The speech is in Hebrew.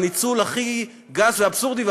זה ניצול הכי גס ואבסורדי,